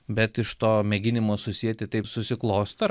bet iš to mėginimo susieti taip susiklosto